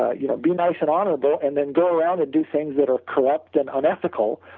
ah you know be nice and honorable, and then go around and do things that are corrupt and unethical,